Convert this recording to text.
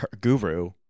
guru